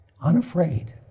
unafraid